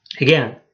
again